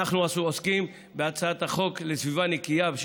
אנחנו עוסקים בהצעת החוק לסביבה נקייה של